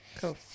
Cool